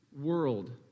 world